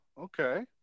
okay